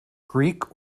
greek